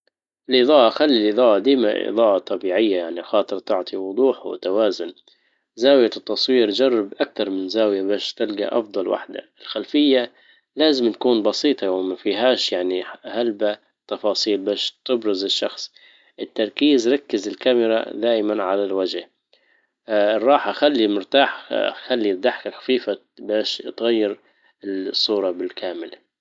الاضاءه خلى الاضاءه ديما اضاءة طبيعية يعني خاطر تعطي وضوح وتوازن. زاوية التصوير جرب اكتر من زاوية باش تلجى افضل واحدة. الخلفية لازم تكون بسيطة وما فيهاش يعني هلبة تفاصيل باش تبرز الشخص. التركيز ركز الكاميرا دايما على الوجه. الراحة خلي مرتاح خلي الضحكة خفيفة باش تغير الصورة بالكامل